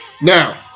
Now